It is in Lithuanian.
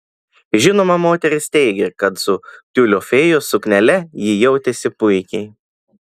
žinoma moteris teigė kad su tiulio fėjos suknele ji jautėsi puikiai